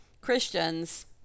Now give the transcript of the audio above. Christians